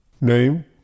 Name